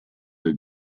del